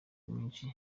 myinshi